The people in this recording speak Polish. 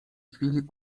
chwili